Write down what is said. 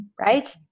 right